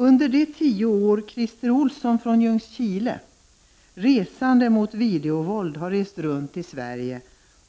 Under de tio år Christer Olsson från Ljungskile, resande mot videovåld, har rest runt i Sverige